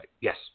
Yes